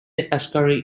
ascari